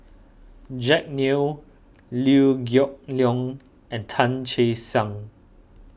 Jack Neo Liew Geok Leong and Tan Che Sang